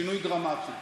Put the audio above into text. שינוי דרמטי.